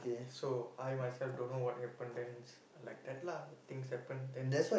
so I myself don't know what happen then like that lah things happen then